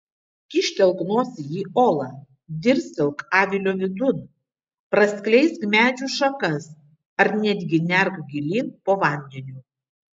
kyštelk nosį į olą dirstelk avilio vidun praskleisk medžių šakas ar netgi nerk gilyn po vandeniu